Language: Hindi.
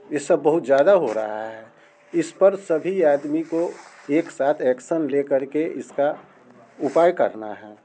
ये सब बहुत ज़्यादा हो रहा है इस पर सभी आदमी को एक साथ एक्सन ले कर के इसका उपाय करना है